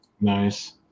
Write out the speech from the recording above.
nice